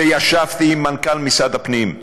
וישבתי עם מנכ"ל משרד הפנים,